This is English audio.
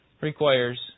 requires